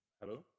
Hello